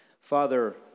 Father